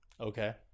Okay